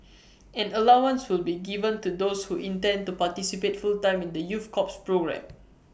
an allowance will be given to those who intend to participate full time in the youth corps programme